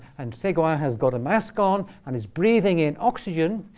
and seguin ah has got a mask on. and he's breathing in oxygen,